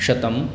शतम्